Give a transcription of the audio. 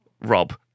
Rob